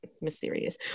mysterious